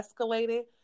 escalated